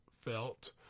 felt